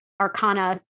arcana